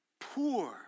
poor